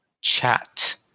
chat